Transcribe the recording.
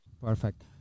Perfect